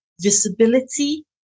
visibility